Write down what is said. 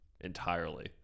entirely